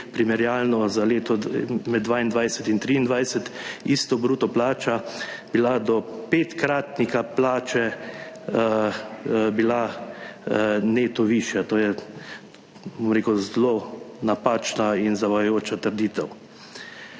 primerjalno za leto med 2022 in 2023 isto bruto plačo bila do petkratnika plače bila neto višja, to je, bom rekel, zelo napačna in zavajajoča trditev.